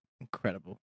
Incredible